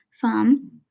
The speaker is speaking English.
farm